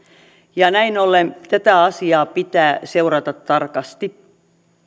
näin ollen tätä asiaa pitää seurata tarkasti